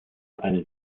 einen